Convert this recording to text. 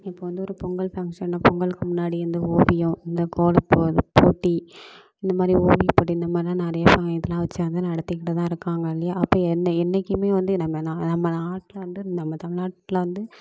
இப்போ வந்து ஒரு பொங்கல் ஃபங்க்ஷன் பொங்கலுக்கு முன்னாடி இந்த ஓவியம் இந்த கோலப்போ இது போட்டி இந்தமாதிரி ஓவியப்போட்டி இந்த மாரிலாம் நிறைய ஃப இதெல்லாம் வச்சாது நடத்திக்கிட்டு தான் இருக்காங்க இல்லையா அப்போ என்ன என்னைக்குமே வந்து நம்ம நம்ம நாட்டில் வந்து நம்ம தமில்நாட்டில் வந்து